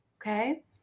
okay